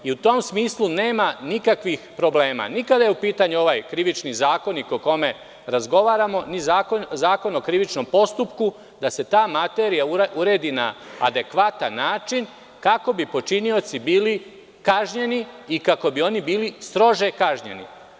U tom smislu nema nikakvih problema, ni kada je u pitanju ovaj Krivični zakonik o kome razgovaramo, ni Zakon o krivičnom postupku, da se ta materija uredi na adekvatan način, kako bi počinioci bili kažnjeni i kako bi oni bili strože kažnjeni.